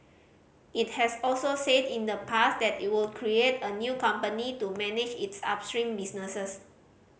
it has also said in the past that it would create a new company to manage its upstream business